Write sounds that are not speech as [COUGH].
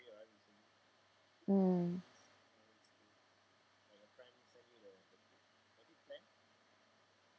[NOISE] mm [NOISE]